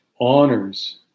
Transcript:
honors